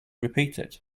repeated